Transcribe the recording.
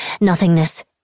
Nothingness